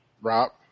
Rob